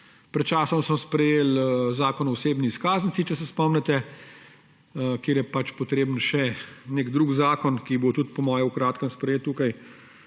Pred časom smo sprejeli Zakon o osebni izkaznici, če se spomnite, kjer je pač potreben še nek drugi zakon, ki bo tudi po moje v kratkem sprejet tukaj.